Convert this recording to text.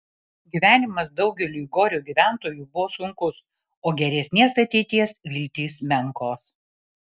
gyvenimas daugeliui gorio gyventojų buvo sunkus o geresnės ateities viltys menkos